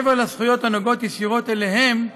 מעבר לזכויות הנוגעות ישירות בהם,